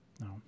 No